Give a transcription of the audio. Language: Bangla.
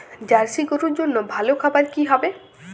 জার্শি গরুর জন্য ভালো খাবার কি হবে?